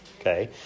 okay